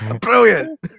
brilliant